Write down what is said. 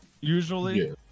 usually